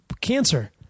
cancer